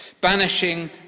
banishing